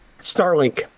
Starlink